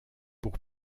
pour